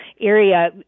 area